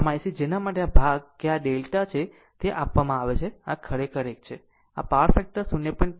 આમ IC જેના માટે આ ભાગ કે આ delta છે તે આ આપવામાં આવે છે આ ખરેખર એક છે પાવર ફેક્ટર 0